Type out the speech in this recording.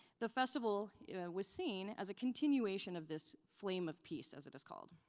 the festival was seen as a continuation of this flame of peace, as it is called.